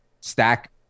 stack